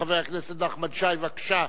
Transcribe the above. חבר הכנסת נחמן שי, בבקשה.